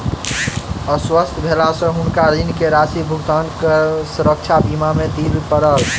अस्वस्थ भेला से हुनका ऋण के राशि भुगतान सुरक्षा बीमा से दिय पड़लैन